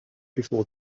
before